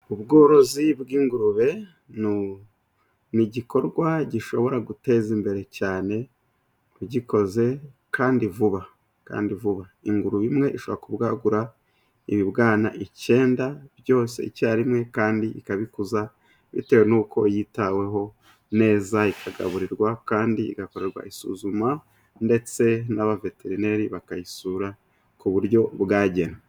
Ubworozi bw'ingurube, ni igikorwa gishobora guteza imbere cyane ugikoze kandi vuba, ingurube imwe ishobora kubwagura ibibwana icyenda byose icyarimwe, kandi ikabikuza bitewe n'uko yitaweho neza, ikagaburirwa kandi igakorwa isuzuma, ndetse n'abaveterineri bakayisura ku buryo bwagenwe.